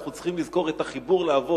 אנחנו צריכים לזכור את החיבור לאבות,